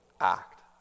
act